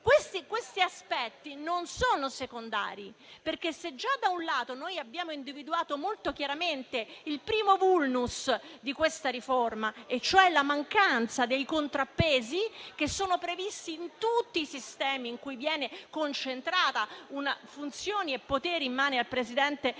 Questi aspetti non sono secondari, perché, se già da un lato abbiamo individuato molto chiaramente il primo *vulnus* di questa riforma, cioè la mancanza dei contrappesi che sono previsti in tutti i sistemi in cui vengono concentrate funzioni e poteri in mano al Presidente